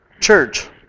Church